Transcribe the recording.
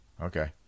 Okay